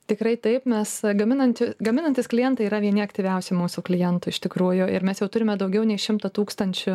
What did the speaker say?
tikrai taip nes gaminanti gaminantys klientai yra vieni aktyviausių mūsų klientų iš tikrųjų ir mes jau turime daugiau nei šimtą tūkstančių